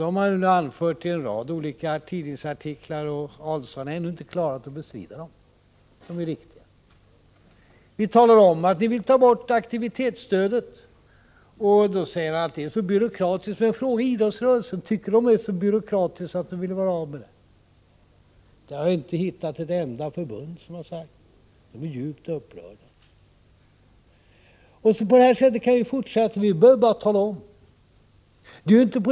Det har vi anfört i en rad olika tidningsartiklar, och Adelsohn har ännu inte klarat av att bestrida dessa beräkningar — de är riktiga. Ni talar om att ni vill ta bort aktivitetsstödet. Det är så byråkratiskt, säger Adelsohn. Fråga idrottsrörelsen om man där tycker att detta stöd är så byråkratiskt att man vill bli av med det? Jag har inte hittat ett enda förbund som har sagt något sådant. De är djupt upprörda. På det här sättet kan vi fortsätta. Vi behöver bara redovisa fakta.